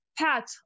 pat